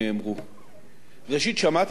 ראשית, שמעתי מכמה דוברים,